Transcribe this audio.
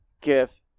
give